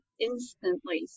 instantly